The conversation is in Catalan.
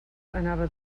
anava